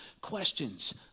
questions